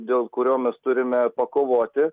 dėl kurio mes turime pakovoti